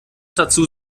dazu